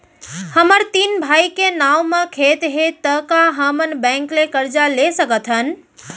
हमर तीन भाई के नाव म खेत हे त का हमन बैंक ले करजा ले सकथन?